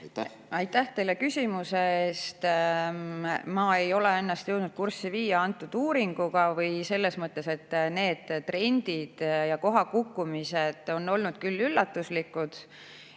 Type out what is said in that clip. Aitäh teile küsimuse eest! Ma ei ole ennast jõudnud kurssi viia antud uuringuga. Need trendid ja koha kukkumised on olnud küll üllatuslikud,